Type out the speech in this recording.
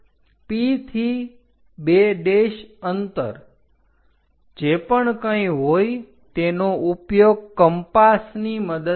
તો P થી 2 અંતર જે પણ કંઇ હોય તેનો ઉપયોગ કંપાસની મદદથી કરો